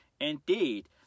Indeed